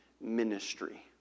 ministry